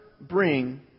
bring